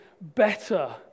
better